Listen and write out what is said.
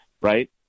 right